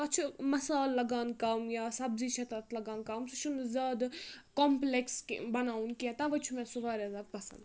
تَتھ چھُ مصالہٕ لَگان کَم یا سَبزی چھےٚ تَتھ لَگان کَم سُہ چھُنہٕ زیادٕ کَمپٕلیکٕس بَناوُن کینٛہہ تَوے چھُ مےٚ سُہ واریاہ زیادٕ پَسنٛد